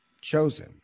chosen